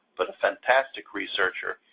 but a fantastic researcher.